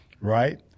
Right